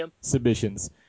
submissions